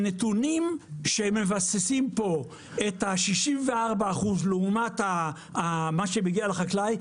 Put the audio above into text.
הנתונים שהם מבססים פה את ה-64 אחוז לעומת מה שמגיע לחקלאי,